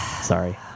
Sorry